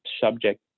subject